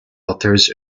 authors